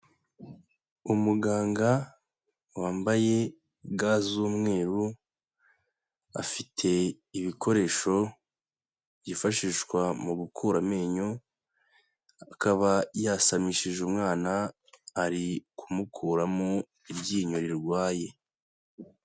Umuganga wambaye ga z'umweru afite ibikoresho byifashishwa mu gukura amenyo, akaba yasamishije umwana ari kumukuramo iryinyo rirwaye.